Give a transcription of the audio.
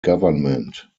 government